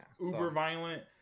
uber-violent